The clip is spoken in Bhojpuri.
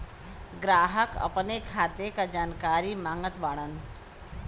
ग्राहक अपने खाते का जानकारी मागत बाणन?